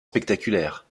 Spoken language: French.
spectaculaires